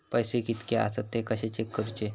पैसे कीतके आसत ते कशे चेक करूचे?